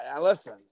listen